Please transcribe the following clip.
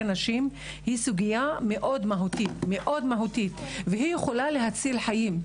נשים הוא סוגיה מאוד מהותית והיא יכולה להציל חיים.